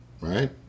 Right